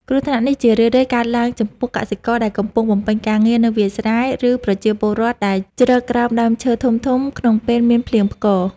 គ្រោះថ្នាក់នេះជារឿយៗកើតឡើងចំពោះកសិករដែលកំពុងបំពេញការងារនៅវាលស្រែ ឬប្រជាពលរដ្ឋដែលជ្រកក្រោមដើមឈើធំៗក្នុងពេលមានភ្លៀងផ្គរ។